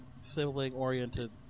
sibling-oriented